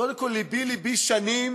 קודם כול, לבי-לבי, שנים,